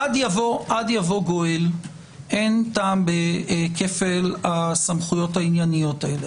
עד יבוא גואל אין טעם בכפל הסמכויות הענייניות האלה.